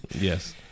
Yes